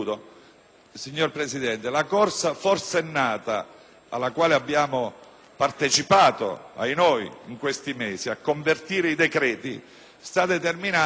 considerazioni: la corsa forsennata alla quale abbiamo partecipato - ahinoi - in questi mesi a convertire i decreti sta determinando